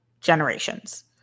generations